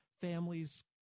families